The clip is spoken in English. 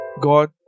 God